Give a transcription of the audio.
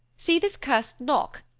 see this cursed lock!